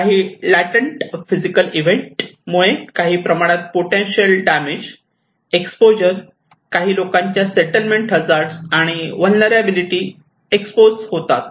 काही latent physical event मुळे काही प्रमाणात पोटेन्शियल डॅमेज एक्सपोजर काही लोकांच्या सेटलमेंट हजार्ड आणि व्हलनेरलॅबीलीटीला एक्सपोज होतात